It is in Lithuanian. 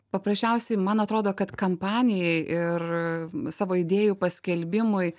paprasčiausiai man atrodo kad kampanijai ir savo idėjų paskelbimui